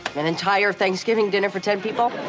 an entire thanksgiving dinner for ten people? ah,